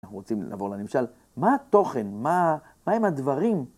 אנחנו רוצים לבוא לנמשל, מה התוכן? מה הם הדברים?